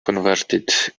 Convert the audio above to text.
converted